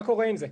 מה קורה עם זה?